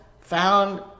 found